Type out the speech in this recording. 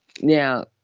Now